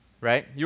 right